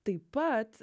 taip pat